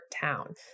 town